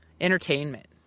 entertainment